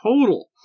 total